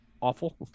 awful